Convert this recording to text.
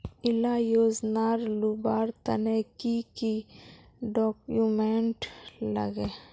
इला योजनार लुबार तने की की डॉक्यूमेंट लगे?